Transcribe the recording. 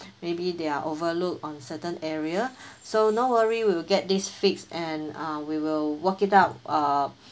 maybe they are overlook on certain area so no worry we'll get this fixed and uh we will work it out uh